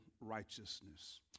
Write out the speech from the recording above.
Righteousness